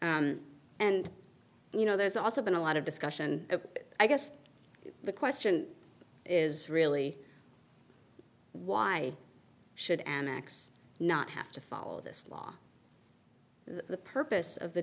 point and you know there's also been a lot of discussion i guess the question is really why should an axe not have to follow this law the purpose of the